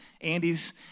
andy's